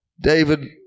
David